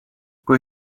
kui